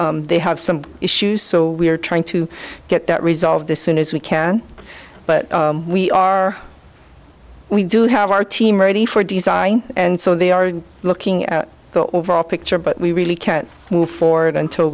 that they have some issues so we are trying to get that resolved as soon as we can but we are we do have our team ready for design and so they are looking at the overall picture but we really can't move forward until